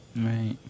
Right